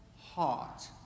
heart